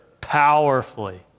powerfully